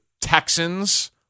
Texans